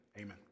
Amen